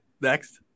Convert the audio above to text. Next